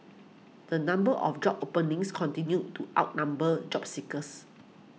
the number of job openings continued to outnumber job seekers